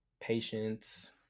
patience